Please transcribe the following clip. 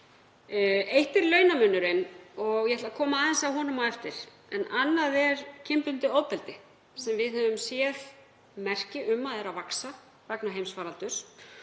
Eitt er launamunurinn, og ég ætla að koma aðeins að honum á eftir, en annað er kynbundið ofbeldi, sem við höfum séð merki um að er að vaxa vegna heimsfaraldurs.